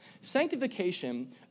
Sanctification